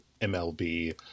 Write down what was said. MLB